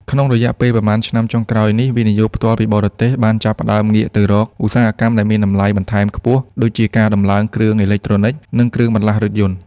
ក្នុងរយៈពេលប៉ុន្មានឆ្នាំចុងក្រោយនេះ វិនិយោគផ្ទាល់ពីបរទេស បានចាប់ផ្ដើមងាកទៅរកឧស្សាហកម្មដែលមានតម្លៃបន្ថែមខ្ពស់ ដូចជាការដំឡើងគ្រឿងអេឡិចត្រូនិក និងគ្រឿងបន្លាស់រថយន្ត។